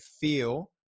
feel